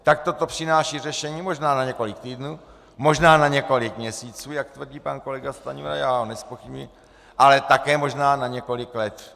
Takto to přináší řešení možná na několik týdnů, možná na několik měsíců, jak tvrdí pan kolega Stanjura, já ho nezpochybňuji, ale také možná na několik let.